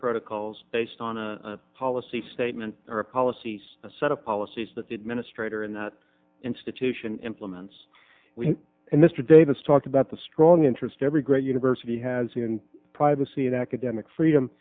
protocols based on a policy statement or a policies a set of policies that the administrator in that institution implements and mr davis talked about the strong interest every great university has in privacy and academic freedom